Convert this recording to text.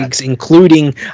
including